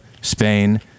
Spain